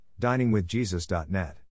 DiningWithJesus.net